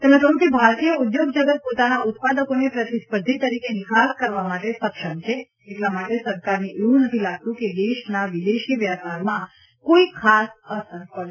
તેમણે કહ્યું કે ભારતીય ઉદ્યોગ જગત પોતાના ઉત્પાદકોને પ્રતિસ્પર્ધી તરીકે નિકાસ કરવા માટે સક્ષમ છે એટલા માટે સરકારને એવું નથી લાગતું કે દેશના વિદેશી વ્યાપારમાં કોઇ ખાસ અસર પડશે